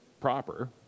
proper